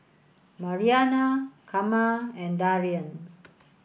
Marianna Carma and Darion